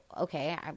okay